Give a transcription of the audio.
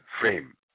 frame